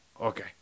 Okay